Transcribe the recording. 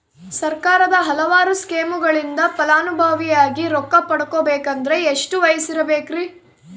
ಸರ್ಕಾರದ ಹಲವಾರು ಸ್ಕೇಮುಗಳಿಂದ ಫಲಾನುಭವಿಯಾಗಿ ರೊಕ್ಕ ಪಡಕೊಬೇಕಂದರೆ ಎಷ್ಟು ವಯಸ್ಸಿರಬೇಕ್ರಿ?